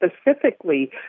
specifically